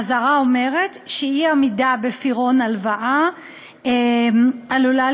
האזהרה אומרת שאי-עמידה בפירעון הלוואה עלולה